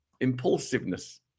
impulsiveness